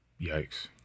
Yikes